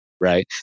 right